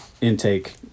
intake